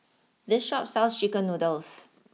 this Shop sells Chicken Noodles